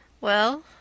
Well